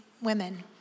women